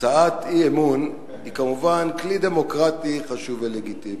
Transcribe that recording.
הצעת אי-אמון היא כמובן כלי דמוקרטי חשוב ולגיטימי,